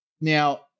Now